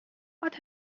what